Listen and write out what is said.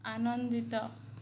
ଆନନ୍ଦିତ